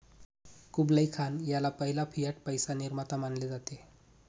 Kublai Khan ह्याला पहिला fiat पैसा निर्माता मानले जाते